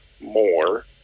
more